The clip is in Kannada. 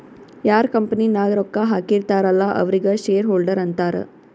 ಯಾರ್ ಕಂಪನಿ ನಾಗ್ ರೊಕ್ಕಾ ಹಾಕಿರ್ತಾರ್ ಅಲ್ಲಾ ಅವ್ರಿಗ ಶೇರ್ ಹೋಲ್ಡರ್ ಅಂತಾರ